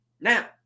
Now